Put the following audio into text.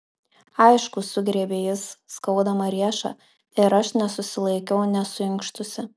aišku sugriebė jis skaudamą riešą ir aš nesusilaikiau nesuinkštusi